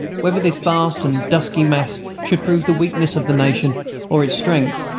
whether this vast and dusky mass should prove the weakness of the nation or its strength,